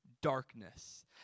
darkness